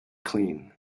clean